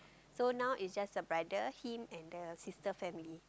so now is just a brother him and the sister family